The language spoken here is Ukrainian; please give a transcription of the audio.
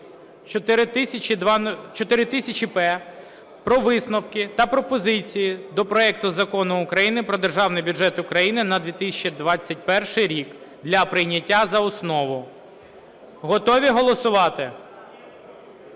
4000-П) про висновки та пропозиції до проекту Закону України про Державний бюджет України на 2021 рік для прийняття за основу. Готові голосувати?